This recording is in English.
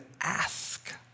ask